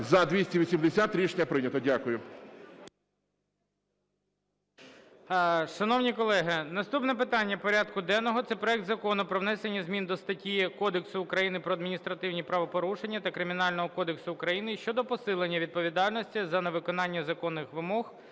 12:01:38 ГОЛОВУЮЧИЙ. Шановні колеги, наступне питання порядку денного – це проект Закону про внесення змін до статті Кодексу України про адміністративні правопорушення та Кримінального кодексу України щодо посилення відповідальності за невиконання законних вимог